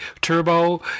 turbo